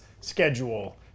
schedule